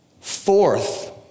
Fourth